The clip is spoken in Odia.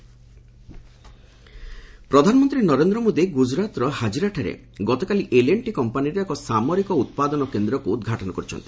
ପିଏମ୍ ଗୁଜରାଟ ପ୍ରଧାନମନ୍ତ୍ରୀ ନରେନ୍ଦ୍ର ମୋଦି ଗୁଜରାତର ହାଜିରାଠାରେ ଗତକାଲି ଏଲ୍ ଆଣ୍ଡ୍ ଟି କମ୍ପାନିର ଏକ ସାମରିକ ଉତ୍ପାଦନ କେନ୍ଦ୍ରକୁ ଉଦ୍ଘାଟନ କରିଛନ୍ତି